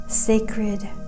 sacred